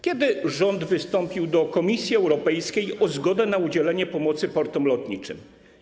Kiedy rząd wystąpił do Komisji Europejskiej o zgodę na udzielenie pomocy portom lotniczym?